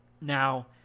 Now